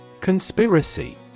Conspiracy